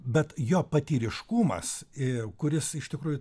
bet jo patyriškumas ė kuris iš tikrųjų